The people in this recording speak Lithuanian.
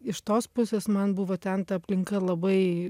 iš tos pusės man buvo ten ta aplinka labai